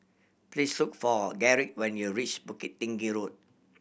please look for Garrick when you reach Bukit Tinggi Road